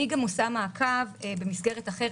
אני גם עושה מעקב במסגרת אחרת.